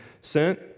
sent